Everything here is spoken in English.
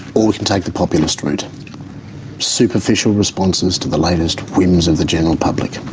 or we can take the populist route superficial responses to the latest whims of the general public.